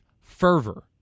fervor